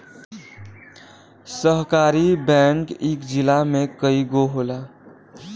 सहकारी बैंक इक जिला में कई गो होला